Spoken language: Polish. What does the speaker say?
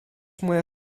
moja